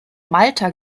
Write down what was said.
malta